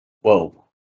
whoa